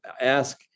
ask